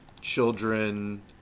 children